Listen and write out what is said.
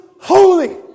holy